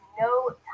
no